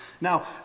Now